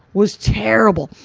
was terrible.